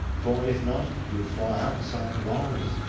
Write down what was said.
for, if not, he would fall outside the walls,